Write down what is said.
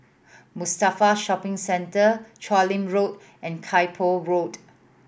Mustafa Shopping Centre Chu Lin Road and Kay Poh Road